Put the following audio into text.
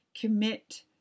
commit